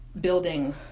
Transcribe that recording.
building